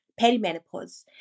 perimenopause